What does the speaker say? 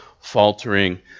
faltering